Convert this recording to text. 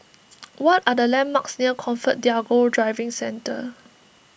what are the landmarks near ComfortDelGro Driving Centre